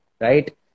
right